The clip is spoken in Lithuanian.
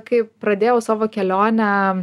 kai pradėjau savo kelionę